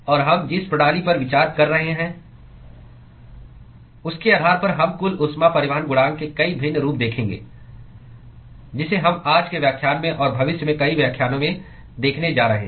और हम जिस प्रणाली पर विचार कर रहे हैं उसके आधार पर हम कुल ऊष्मा परिवहन गुणांक के कई भिन्न रूप देखेंगे जिसे हम आज के व्याख्यान में और भविष्य में कई व्याख्यानों में देखने जा रहे हैं